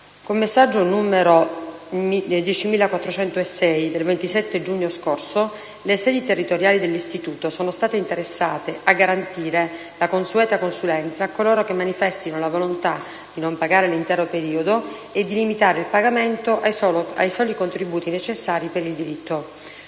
Con messaggio n. 010406 del 27 giugno scorso le sedi territoriali dell'Istituto sono state interessate a garantire la consueta consulenza a coloro che manifestino la volontà di non pagare l'intero periodo e di limitare il pagamento ai soli contributi necessari per il diritto.